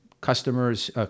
customers